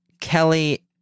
Kelly